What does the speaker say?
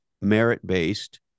merit-based